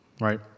right